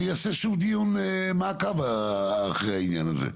אני אעשה שוב דיון מעקב אחרי העניין הזה.